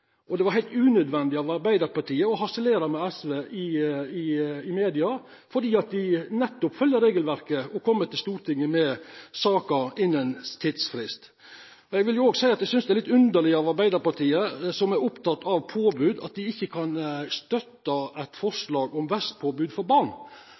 og det var heilt unødvendig av Arbeidarpartiet å harselera med SV i media. Dei følgjer nettopp regelverket og kjem til Stortinget med saka innan tidsfrist. Eg vil òg seia at eg synest det er litt underleg at Arbeidarpartiet, som er oppteken av påbod, ikkje kan støtta eit